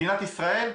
מדינת ישראל?